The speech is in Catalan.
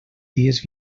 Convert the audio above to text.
dies